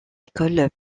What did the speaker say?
école